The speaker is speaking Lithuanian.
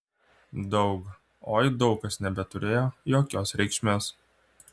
daug oi daug kas nebeturėjo jokios reikšmės